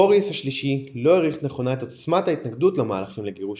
בוריס השלישי לא העריך נכונה את עוצמת ההתנגדות למהלכים לגירוש